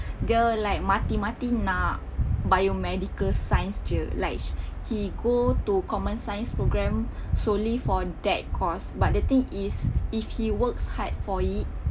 dia like mati-mati nak biomedical science jer like he go to common science program solely for that course but the thing is if he works hard for it